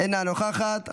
אינה נוכחת,